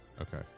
Okay